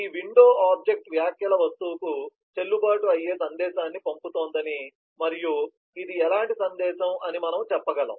ఈ window object వ్యాఖ్యల వస్తువుకు చెల్లుబాటు అయ్యే సందేశాన్ని పంపుతోందని మరియు ఇది ఎలాంటి సందేశం అని మనము చెప్పగలం